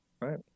right